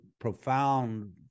profound